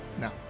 no